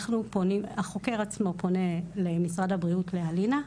החוקר עצמו פונה למשרד הבריאות לאלינה,